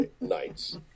nights